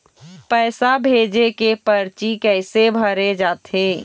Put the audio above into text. पैसा भेजे के परची कैसे भरे जाथे?